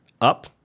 up